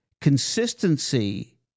Consistency